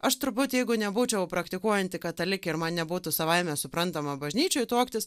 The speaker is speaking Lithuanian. aš turbūt jeigu nebūčiau praktikuojanti katalikė ir man nebūtų savaime suprantama bažnyčioj tuoktis